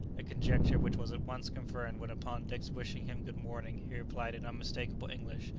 a conjecture which was at once confirmed when upon dick's wishing him good morning, he replied in unmistakable english,